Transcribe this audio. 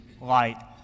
light